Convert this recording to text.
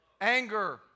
anger